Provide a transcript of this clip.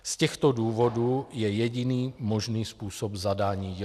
Z těchto důvodů je jediný možný způsob zadání JŘBÚ.